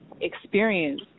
experience